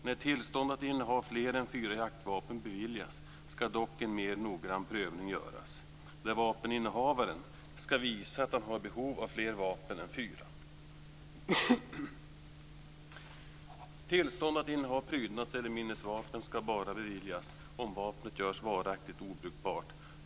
När tillstånd att inneha fler än fyra jaktvapen beviljas ska dock en mer noggrann prövning göras där vapeninnehavaren ska visa att han har behov av fler vapen än fyra. Tillstånd att inneha prydnads eller minnesvapen ska bara beviljas om vapnet görs varaktigt obrukbart.